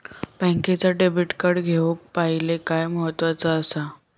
बँकेचा debit card घेउक पाहिले काय महत्वाचा असा?